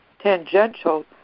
tangential